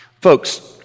Folks